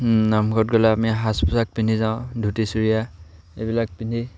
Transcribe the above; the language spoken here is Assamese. নামঘৰত গ'লে আমি সাজ পোচাক পিন্ধি যাওঁ ধুতি চুৰিয়া এইবিলাক পিন্ধি